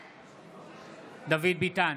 בעד דוד ביטן,